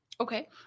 Okay